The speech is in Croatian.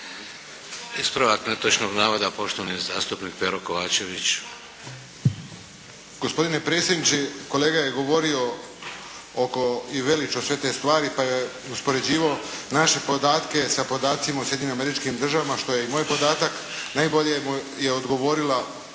Ispravak netočnog navoda, poštovani zastupnik Pero Kovačević.